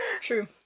True